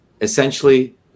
essentially